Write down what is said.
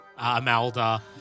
Amalda